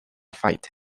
fight